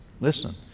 listen